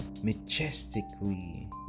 majestically